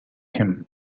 him